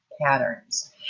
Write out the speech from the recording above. patterns